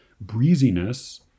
breeziness